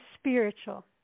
spiritual